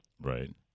Right